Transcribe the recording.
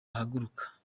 ahaguruka